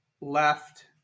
left